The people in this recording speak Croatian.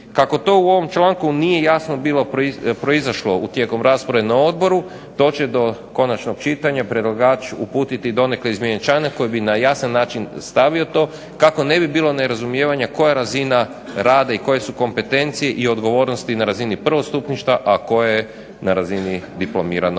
Kako to u ovom članku nije jasno bilo proizašlo tijekom rasprave na odboru to će do konačnog čitanja predlagač uputiti donekle izmijenjen članak koji bi na jasan način stavio to kako ne bi bilo nerazumijevanja koja razina rada i koje su kompetencije i odgovornosti na razini prvostupništva, a koje na razini diplomiranog